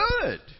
good